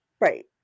Right